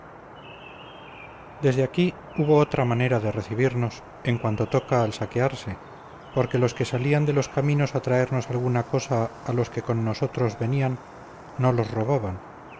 desde aquí hubo otra manera de recibirnos en cuanto toca al saquearse porque los que salían de los caminos a traernos alguna cosa a los que con nosotros venían no los robaban